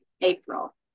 April